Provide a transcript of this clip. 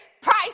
price